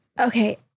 Okay